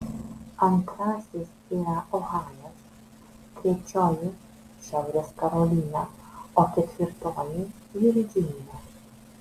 antrasis yra ohajas trečioji šiaurės karolina o ketvirtoji virdžinija